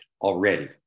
already